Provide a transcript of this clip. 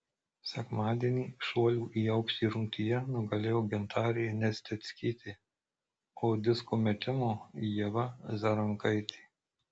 sekmadienį šuolių į aukštį rungtyje nugalėjo gintarė nesteckytė o disko metimo ieva zarankaitė